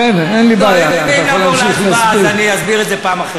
כולנו יודעים שיש שם נשק.